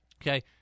Okay